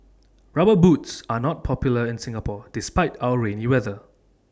rubber boots are not popular in Singapore despite our rainy weather